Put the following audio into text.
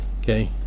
Okay